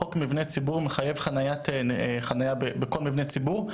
חוק מבני ציבור מחייב חניה בכל מבנה ציבור,